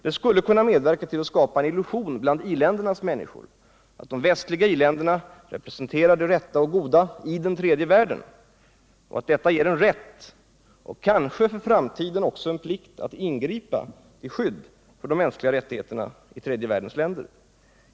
Den skulle kunna medverka till att skapa en illusion bland i-ländernas människor, nämligen att de västliga iländerna representerar det rätta och goda i den tredje världen och att detta ger en rätt och kanske för framtiden också en plikt att ingripa till skydd för de mänskliga rättigheterna i den tredje världens länder.